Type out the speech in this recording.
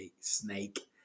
snake